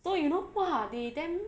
so you know !wah! they damn